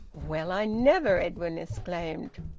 well, i never! edwin exclaimed.